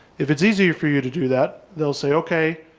if it's easier for you to do that? they'll say, okay,